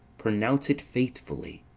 pronounce it faithfully.